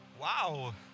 Wow